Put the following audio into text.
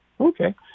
Okay